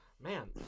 Man